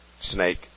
Snake